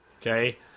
okay